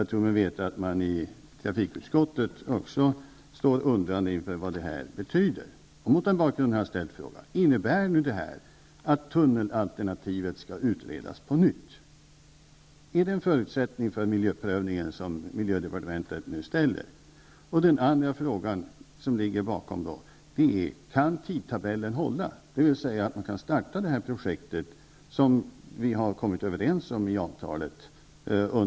Jag tror mig veta att man även i trafikutskottet står undrande inför vad detta betyder. Det är mot denna bakgrund jag har ställt frågan. Innebär detta att tunnelalternativet skall utredas på nytt, och är detta en förutsättning som miljödepartementet nu ställer för en miljöprövning? Frågan som ligger bakom är: Kan tidtabellen hålla, dvs. kan man starta projektet under 1993 som vi har kommit överens om i avtalet?